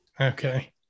Okay